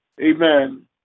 amen